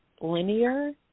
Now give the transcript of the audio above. linear